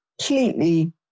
completely